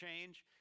change